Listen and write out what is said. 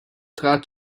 trat